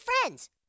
friends